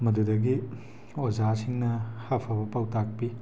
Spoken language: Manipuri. ꯃꯗꯨꯗꯒꯤ ꯑꯣꯖꯥꯁꯤꯡꯅ ꯑꯐꯕ ꯄꯥꯎꯇꯥꯛ ꯄꯤ